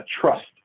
trust